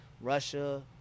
Russia